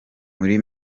muri